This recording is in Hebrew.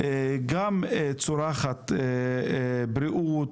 גם צורכת בריאות,